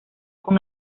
con